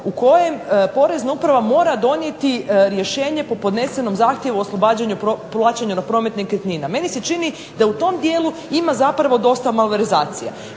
u kojem porezna uprava mora donijeti rješenje po podnesenom zahtjevu o oslobađanju ... na promet nekretnina. Meni se čini da u tom dijelu ima zapravo dosta malverzacija.